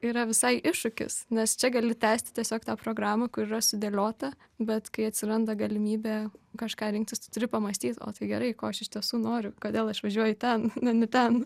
yra visai iššūkis nes čia gali tęsti tiesiog tą programą kuri yra sudėliota bet kai atsiranda galimybė kažką rinktis turi pamąstyt o tai gerai ko aš iš tiesų noriu kodėl išvažiuoju ten o ne ten